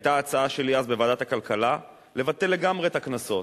היתה הצעה שלי אז בוועדת הכלכלה לבטל לגמרי את הקנסות,